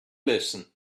listen